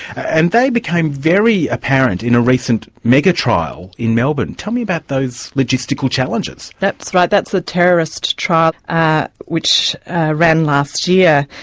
and they became very apparent in a recent mega-trial in melbourne. tell me about those logistical challenges. that's right. that's the terrorist trial ah which ran last year.